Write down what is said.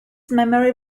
memory